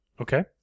Okay